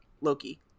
Loki